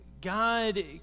God